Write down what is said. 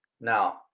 Now